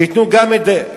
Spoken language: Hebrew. שייתנו גם את זה.